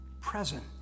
present